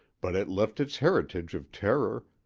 but it left its heritage of terror,